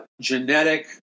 genetic